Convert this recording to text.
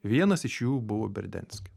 vienas iš jų buvo berdianske